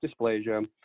dysplasia